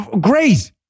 great